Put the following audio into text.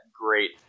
great